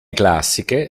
classiche